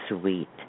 sweet